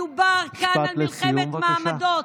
מדובר כאן במלחמת מעמדות.